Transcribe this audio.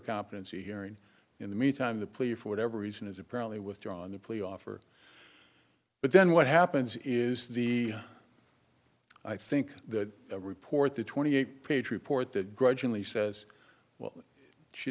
competency hearing in the meantime the plea for whatever reason is apparently withdrawn the plea offer but then what happens is the i think the report the twenty eight page report that grudgingly says well she